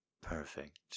Perfect